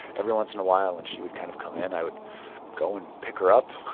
every once in a while when she would kind of come in, i would go and pick her up.